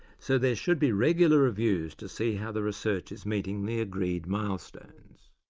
so there should be regular reviews to see how the research is meeting the agreed milestones.